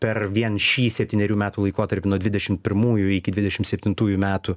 per vien šį septynerių metų laikotarpį nuo dvidešim pirmųjų iki dvidešim septintųjų metų